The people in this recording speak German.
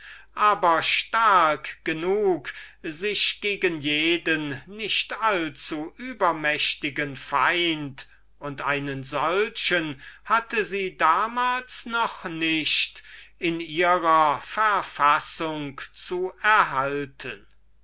finden stark genug sich gegen einen jeden nicht allzuübermächtigen feind und solche feinde hat eine kleine republik selten in ihrer verfassung zu erhalten